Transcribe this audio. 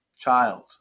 child